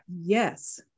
Yes